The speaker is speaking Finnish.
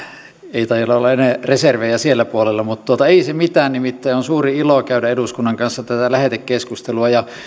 ei taida olla enää reservejä siellä puolella mutta ei se mitään nimittäin on suuri ilo käydä eduskunnan kanssa tätä lähetekeskustelua